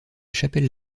chapelles